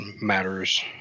matters